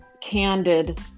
candid